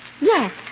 Yes